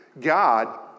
God